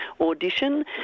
audition